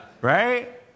Right